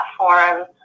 platforms